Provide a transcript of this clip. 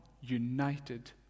united